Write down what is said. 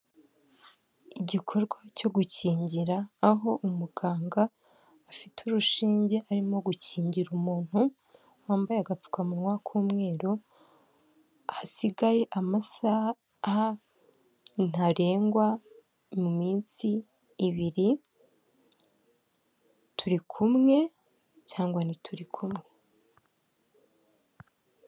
Igikorwa cyo gukingira, aho umuganga afite urushinge arimo gukingira umuntu wambaye agapfukamunwa k'umweru; hasigaye amasaha ntarengwa mu minsi ibiri turi kumwe? cyangwa ntituri kumwe?